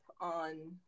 on